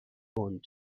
پوند